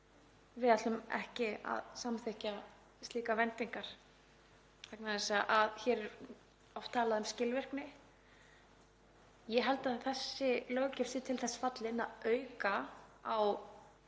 við ætlum ekki að samþykkja slíkar vendingar. Vegna þess að hér er oft talað um skilvirkni þá held ég að þessi löggjöf sé til þess fallin að auka á